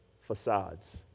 facades